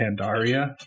Pandaria